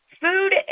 Food